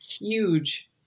huge